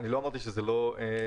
לא אמרתי שזה בסדר,